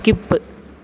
skip